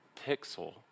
pixel